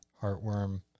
Heartworm